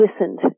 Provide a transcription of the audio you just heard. listened